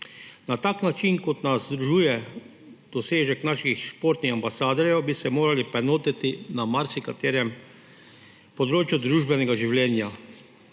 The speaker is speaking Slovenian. Na tak način, kot nas združuje dosežek naših športnih ambasadorjev, bi se morali poenotiti na marsikaterem področju družbenega življenja.